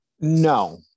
No